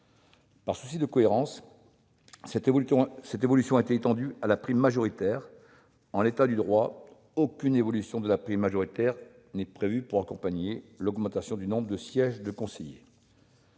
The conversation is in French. Par souci de cohérence, cette évolution a été étendue à la prime majoritaire, car, en l'état du droit, aucune évolution de cette prime majoritaire n'accompagne l'augmentation du nombre de sièges de conseiller.